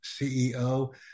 CEO